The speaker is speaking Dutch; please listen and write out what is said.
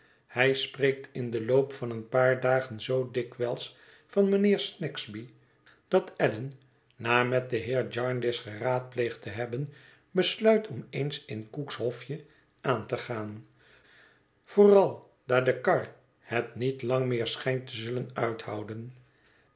hij spreekt in den loop van een paar dagen zoo dikwijls van mijnheer snagsby dat allan na met den heer jarndyce geraadpleegd te hebben besluit om eens in cooks hofje aan te gaan vooral daar de kar het niet lang meer schijnt te zullen uithouden